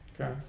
Okay